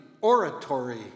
oratory